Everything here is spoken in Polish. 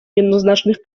jednoznacznych